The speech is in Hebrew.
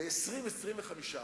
ל-25%-20%.